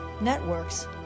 networks